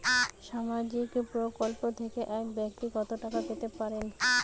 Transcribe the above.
সামাজিক প্রকল্প থেকে এক ব্যাক্তি কত টাকা পেতে পারেন?